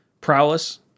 prowess